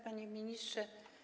Panie Ministrze!